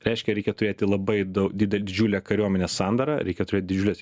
reiškia reikia turėti labai dau dide didžiulę kariuomenės sandarą reikia turėt didžiules